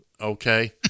Okay